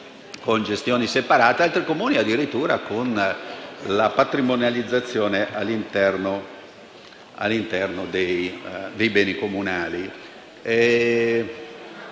con gestioni separate, altri Comuni addirittura con la patrimonializzazione all'interno dei beni comunali.